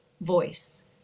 voice